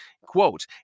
quote